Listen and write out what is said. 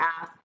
ask